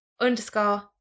underscore